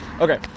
Okay